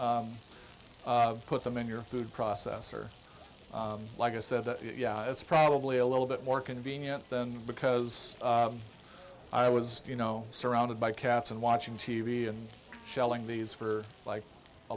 then put them in your food processor like i said that yeah it's probably a little bit more convenient than because i was you know surrounded by cats and watching t v and shelling these for like a